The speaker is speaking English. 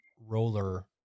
roller